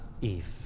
Eve